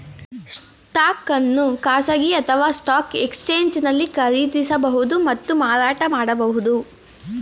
stock ಅನ್ನು ಖಾಸಗಿ ಅಥವಾ ಸ್ಟಾಕ್ ಎಕ್ಸ್ಚೇಂಜ್ನಲ್ಲಿ ಖರೀದಿಸಬಹುದು ಮತ್ತು ಮಾರಾಟ ಮಾಡಬಹುದು